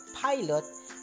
pilot